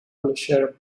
publisher